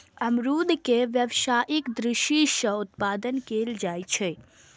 अमरूद के व्यावसायिक दृषि सं उत्पादन कैल जाइ छै